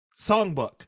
songbook